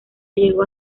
llegó